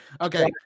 Okay